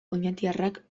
oñatiarrak